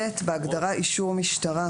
"(ב) בהגדרה "אישור משטרה",